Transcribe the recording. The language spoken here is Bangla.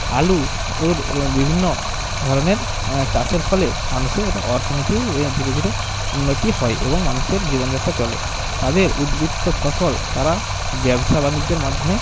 আলু ওর বিভিন্ন ধরনের চাষের ফলে মানুষের অর্থনীতি ধীরে ধীরে উন্নতি হয় এবং মানুষের জীবনযাত্রা চলে তাদের উদ্বৃত্ত ফসল তারা ব্যবসা বাণিজ্যের মাধ্যমে